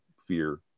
fear